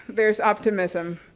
there's optimism,